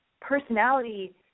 personality –